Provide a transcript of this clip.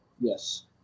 Yes